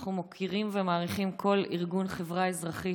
אנחנו מוקירים ומעריכים כל ארגון חברה אזרחית,